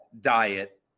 diet